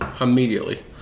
Immediately